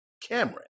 Cameron